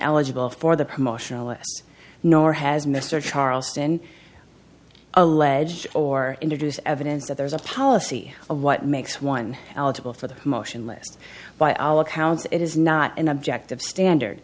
eligible for the promotional lists nor has mr charleston allege or introduce evidence that there is a policy of what makes one eligible for the motion list by all accounts it is not an objective standard